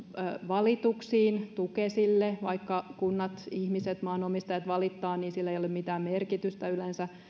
valituksiin tukesille vaikka kunnat ihmiset maanomistajat valittavat sillä ei ole mitään merkitystä yleensä